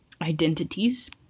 identities